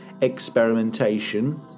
experimentation